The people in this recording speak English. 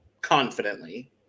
confidently